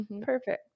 perfect